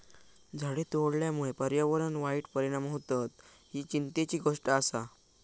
झाडे तोडल्यामुळे पर्यावरणावर वाईट परिणाम होतत, ही चिंतेची गोष्ट आसा